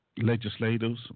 legislators